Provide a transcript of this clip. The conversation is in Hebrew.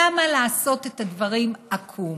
למה לעשות את הדברים עקום?